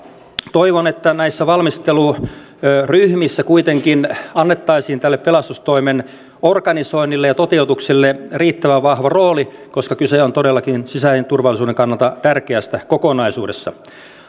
toivon että näissä valmisteluryhmissä kuitenkin annettaisiin tälle pelastustoimen organisoinnille ja toteutukselle riittävän vahva rooli koska kyse on todellakin sisäisen turvallisuuden kannalta tärkeästä kokonaisuudesta